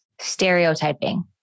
stereotyping